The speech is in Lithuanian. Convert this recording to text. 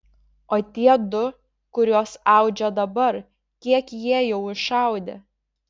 o tie du kuriuos audžia dabar kiek jie jau išaudė